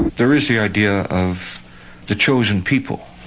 there is the idea of the chosen people,